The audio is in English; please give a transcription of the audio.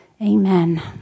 Amen